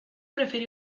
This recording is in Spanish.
preferí